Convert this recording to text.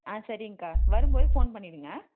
ஆ சரிங்கக்கா வரும்போது ஃபோன் பண்ணிவிடுங்க